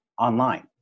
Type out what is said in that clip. online